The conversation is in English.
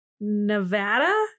Nevada